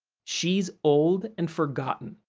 she's old and forgotten.